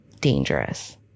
dangerous